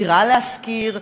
"דירה להשכיר",